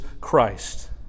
Christ